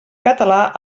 català